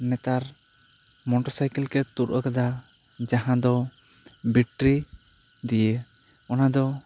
ᱱᱮᱛᱟᱨ ᱢᱚᱴᱚᱨᱥᱟᱭᱠᱮᱞ ᱠᱚ ᱛᱩᱛ ᱟᱠᱟᱫᱟ ᱡᱟᱦᱟᱸ ᱫᱚ ᱵᱤᱴᱨᱤ ᱫᱤᱭᱮ ᱚᱱᱟᱫᱚ